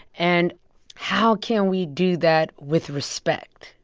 and how can we do that with respect?